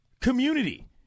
community